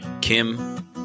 Kim